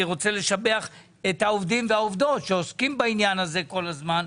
אני רוצה לשבח את העובדים והעובדות שעוסקים בעניין הזה כל הזמן.